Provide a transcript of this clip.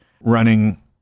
running